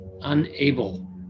unable